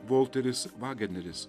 volteris vageneris